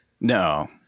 No